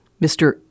Mr